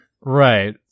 Right